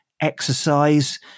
exercise